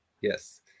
Yes